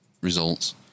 results